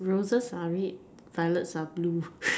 roses are red violet are blue